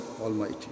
Almighty